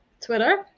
Twitter